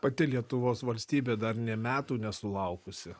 pati lietuvos valstybė dar nė metų nesulaukusi